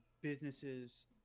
businesses